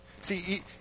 See